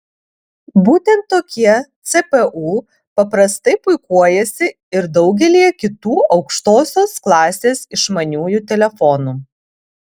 būtent tokie cpu paprastai puikuojasi ir daugelyje kitų aukštosios klasės išmaniųjų telefonų